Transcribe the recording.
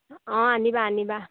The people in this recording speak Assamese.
অঁ আনিবা আনিবা